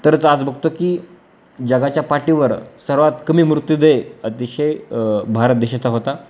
तरच आज बघतो की जगाच्या पाठीवर सर्वात कमी मृत्यू देय अतिशय भारत देशाचा होता